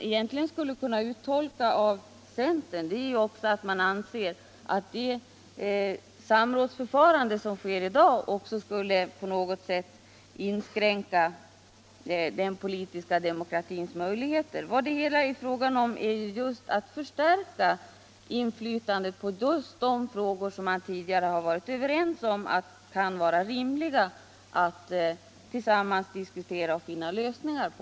Enligt centerns mening skulle alltså även det samrådsförfarande som äger rum i dag på något sätt innebära inskränkning av den politiska demokratin. Vad det är fråga om är ju att förstärka de anställdas inflytande i just de frågor som enligt vad parterna tidigare har varit överens om kan vara rimliga att tillsammans diskutera och finna lösningar på.